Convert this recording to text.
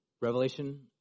revelation